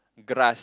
grass